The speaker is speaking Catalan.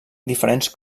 diferents